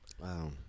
wow